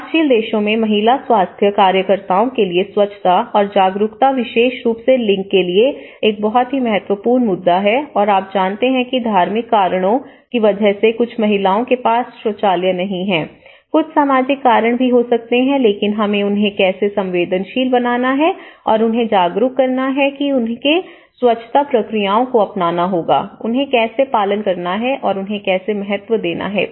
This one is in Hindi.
विकासशील देशों में महिला स्वास्थ्य कार्यकर्ताओं के लिए स्वच्छता और जागरूकता विशेष रूप से लिंग के लिए एक बहुत ही महत्वपूर्ण मुद्दा है और आप जानते हैं कि धार्मिक कारणों की वजह से कुछ महिलाओं के पास शौचालय नहीं है कुछ सामाजिक कारण भी हो सकते हैं लेकिन हमें उन्हें कैसे संवेदनशील बनाना है और उन्हें जागरूक करना है कि उन्हें स्वच्छता प्रक्रियाओं को अपनाना होगा उन्हें कैसे पालन करना है और उन्हें कैसे महत्व देना है